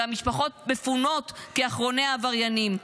והמשפחות מפונות כאחרוני העבריינים.